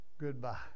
goodbye